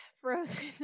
Frozen